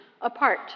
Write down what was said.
apart